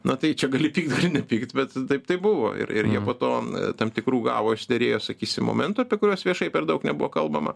na tai čia gali pykt nepykt bet taip taip buvo ir ir jie po to tam tikrų gavo išsiderėjo sakysim momentų apie kuriuos viešai per daug nebuvo kalbama